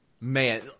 man